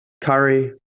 Curry